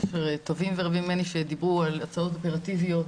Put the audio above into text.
טובים ורבים ממני שדיברו על הצעות אופרטיביות